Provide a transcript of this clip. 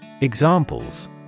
Examples